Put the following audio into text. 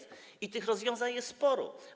Tych rozwiązań jest sporo.